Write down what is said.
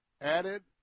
added